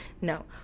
No